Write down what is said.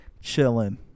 chilling